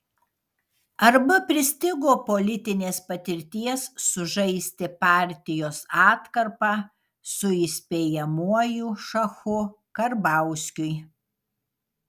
arba pristigo politinės patirties sužaisti partijos atkarpą su įspėjamuoju šachu karbauskiui